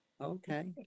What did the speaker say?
Okay